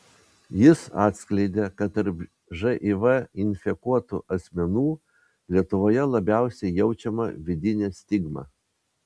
jis atskleidė kad tarp živ infekuotų asmenų lietuvoje labiausiai jaučiama vidinė stigma